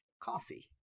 coffee